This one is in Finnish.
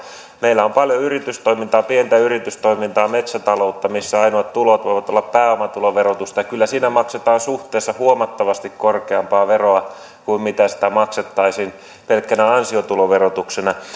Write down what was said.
meillä on paljon yritystoimintaa pientä yritystoimintaa metsätaloutta missä ainoat tulot voivat olla pääomatuloverotusta kyllä siinä maksetaan suhteessa huomattavasti korkeampaa veroa kuin mitä maksettaisiin pelkkänä ansiotuloverotuksena